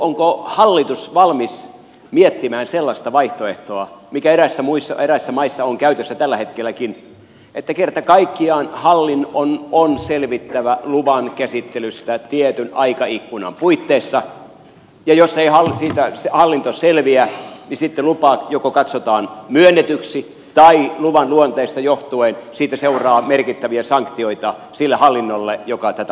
onko hallitus valmis miettimään sellaista vaihtoehtoa mikä eräissä maissa on käytössä tällä hetkelläkin että kerta kaikkiaan hallinnon on selvittävä luvan käsittelystä tietyn aikaikkunan puitteissa ja jos ei hallinto siitä selviä niin sitten joko lupa katsotaan myönnetyksi tai luvan luonteesta johtuen siitä seuraa merkittäviä sanktioita sille hallinnolle joka tätä lupaa käsittelee